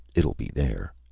it'll be there.